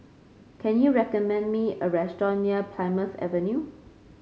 can you recommend me a restaurant near Plymouth Avenue